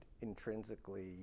intrinsically